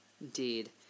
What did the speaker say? Indeed